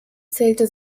zählte